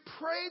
Pray